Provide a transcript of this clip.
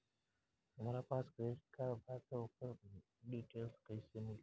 हमरा पास credit card बा त ओकर डिटेल्स कइसे मिली?